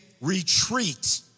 retreat